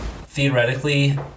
theoretically